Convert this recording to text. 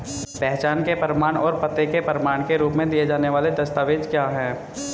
पहचान के प्रमाण और पते के प्रमाण के रूप में दिए जाने वाले दस्तावेज क्या हैं?